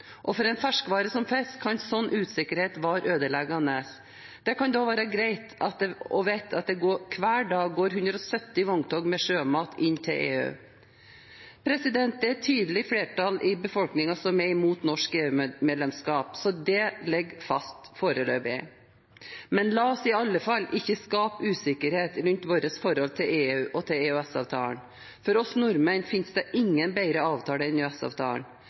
For en ferskvare som fisk kan slik usikkerhet være ødeleggende. Det kan da være greit å vite at det hver dag går 170 vogntog med sjømat til EU. Det er et tydelig flertall i befolkningen som er imot norsk EU-medlemskap, så det ligger fast foreløpig. Men la oss i alle fall ikke skape usikkerhet rundt vårt forhold til EU og til EØS-avtalen. For oss nordmenn finnes det ingen bedre avtale enn